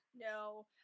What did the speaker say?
No